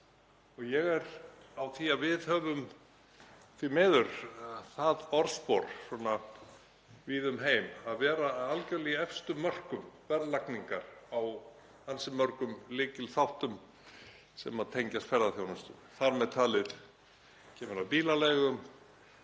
Ég er á því að við höfum því miður það orðspor víða um heim að vera algerlega í efstu mörkum verðlagningar á ansi mörgum lykilþáttum sem tengjast ferðaþjónustu, þar með talið þegar kemur að bílaleigum,